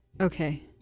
Okay